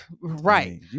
right